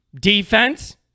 defense